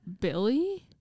Billy